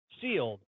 sealed